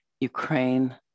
Ukraine